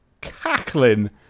cackling